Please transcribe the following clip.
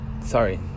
Sorry